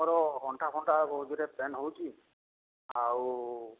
ମୋର ଅଣ୍ଟା ଫଣ୍ଟା ବହୁତ ଯୋରରେ ପେନ୍ ହେଉଛି ଆଉ